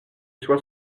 soit